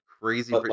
crazy